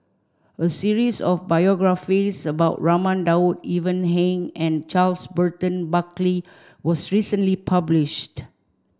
a series of biographies about Raman Daud Ivan Heng and Charles Burton Buckley was recently published